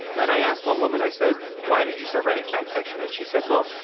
and i asked one woman, i said, why did you start writing fanfiction? and she said, well,